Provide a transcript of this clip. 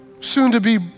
soon-to-be